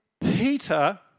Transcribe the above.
Peter